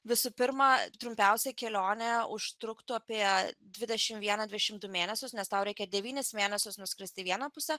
visų pirma trumpiausia kelionė užtruktų apie dvidešim vieną dvidešim du mėnesius nes tau reikia devynis mėnesius nuskristi į vieną pusę